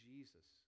Jesus